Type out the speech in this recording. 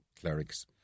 clerics